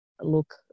look